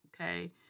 okay